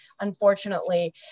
Unfortunately